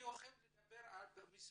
אני אוהב לדבר במספרים.